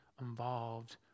involved